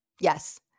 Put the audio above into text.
Yes